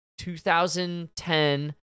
2010